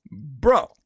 Bro